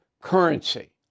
currency